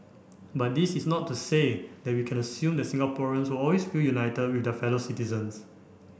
but this is not to say that we can assume that Singaporeans will always feel united with their fellow citizens